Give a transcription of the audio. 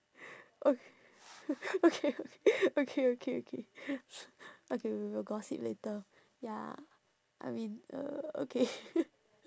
ok~ okay okay okay okay okay okay we will gossip later ya I mean uh okay